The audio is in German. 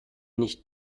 nicht